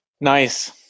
Nice